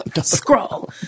Scroll